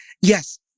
yes